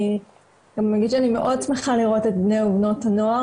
אני מאוד שמחה לראות את בני ובנות הנוער,